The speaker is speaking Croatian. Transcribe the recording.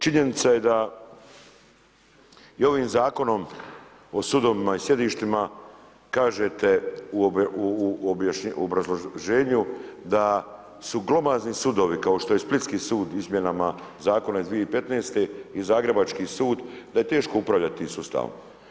Činjenica je da je ovim Zakonom o sudovima i sjedištima, kažete u obrazloženju da su globalne sudovi, kao što je splitski sud izmjenama zakona iz 2015. i zagrebački sud da je teško upravljati tim sustavom.